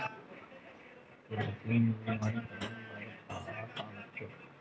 KYC नवीनीकरण बर का का लगथे?